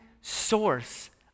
source